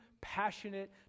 passionate